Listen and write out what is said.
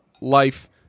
life